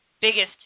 biggest